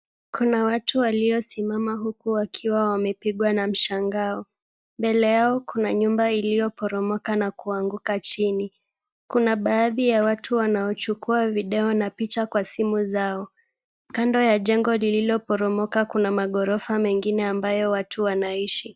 Kuna watu waliosimama huku wakiwa wamepigwa na mshangao. Mbele yao kuna nyumba iliyoporomoka na kuanguka chini. Kuna baadhi ya watu wanaochukua video na picha kwa simu zao. Kando ya jengo lililoporomoka kuna maghorofa mengine ambayo watu wanaishi.